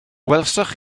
welsoch